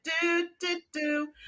Do-do-do